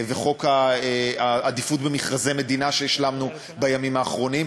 וחוק העדיפות במכרזי מדינה שהשלמנו בימים האחרונים,